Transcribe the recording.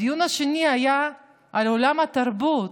הדיון השני היה על עולם התרבות.